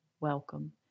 welcome